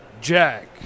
Jack